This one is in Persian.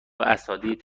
اساتید